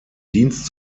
dienst